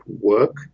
work